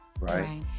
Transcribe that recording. Right